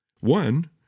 One